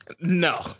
no